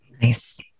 Nice